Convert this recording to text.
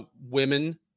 women